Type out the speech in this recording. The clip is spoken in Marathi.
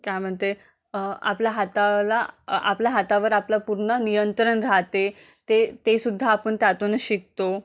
काय म्हणते आपल्या हाताला आपल्या हातावर आपला पूर्ण नियंत्रण राहते ते तेसुद्धा आपण त्यातून शिकतो